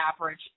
average